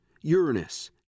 Uranus